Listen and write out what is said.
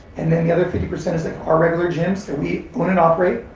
and then the other fifty percent is like our regular gyms that we own and operate.